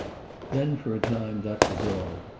then, for a time, that was all.